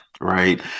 right